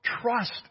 trust